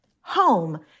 home